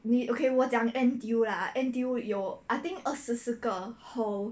你 okay 我讲 N_T_U lah N_T_U 有 I think 二十四个 hall